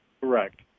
Correct